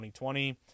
2020